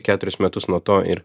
keturis metus nuo to ir